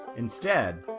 instead,